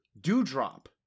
Dewdrop